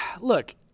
look